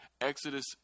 Exodus